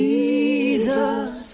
Jesus